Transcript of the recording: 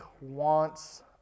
wants